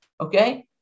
okay